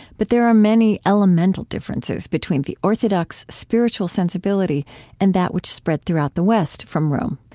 but there are many elemental differences between the orthodox spiritual sensibility and that which spread throughout the west from rome.